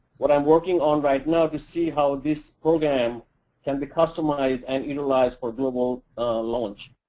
what i'm working on right now to see how this program can be customized and utilized for global launch.